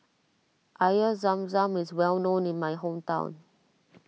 Air Zam Zam is well known in my hometown